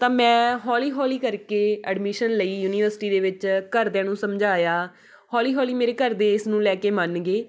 ਤਾਂ ਮੈਂ ਹੌਲੀ ਹੌਲੀ ਕਰਕੇ ਐਡਮਿਸ਼ਨ ਲਈ ਯੂਨੀਵਰਸਿਟੀ ਦੇ ਵਿੱਚ ਘਰਦਿਆਂ ਨੂੰ ਸਮਝਾਇਆ ਹੌਲੀ ਹੌਲੀ ਮੇਰੇ ਘਰ ਦੇ ਇਸ ਨੂੰ ਲੈ ਕੇ ਮੰਨ ਗਏ